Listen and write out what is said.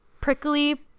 prickly